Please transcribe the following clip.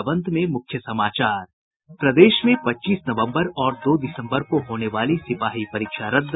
और अब अंत में मुख्य समाचार प्रदेश में पच्चीस नवम्बर और दो दिसम्बर को होने वाली सिपाही परीक्षा रद्द